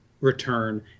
return